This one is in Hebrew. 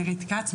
נרית כץ,